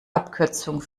abkürzung